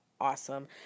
awesome